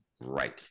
Right